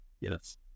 Yes